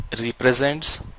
Represents